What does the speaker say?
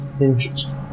Interesting